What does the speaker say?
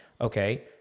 okay